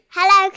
Hello